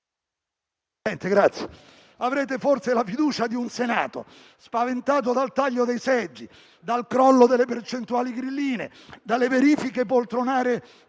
decreti. Avrete forse la fiducia di un Senato spaventato dal taglio dei seggi, dal crollo delle percentuali grilline, dalle verifiche poltronare